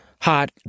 hot